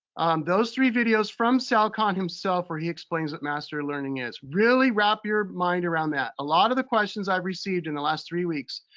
those three videos from sal khan himself where he explains what mastery learning is. really wrap your mind around that. a lot of the questions i received in the last three weeks,